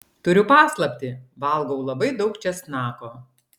turiu paslaptį valgau labai daug česnako